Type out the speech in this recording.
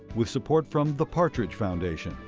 with support from the partridge foundation,